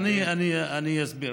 אני אסביר.